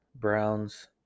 Browns